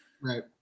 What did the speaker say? right